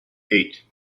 eight